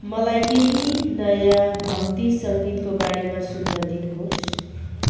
मलाई केही नयाँ भक्ति सङ्गीतको बारेमा सुन्न दिनुहोस्